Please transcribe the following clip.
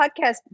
podcast